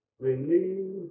believe